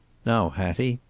now, hattie.